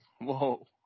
whoa